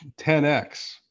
10X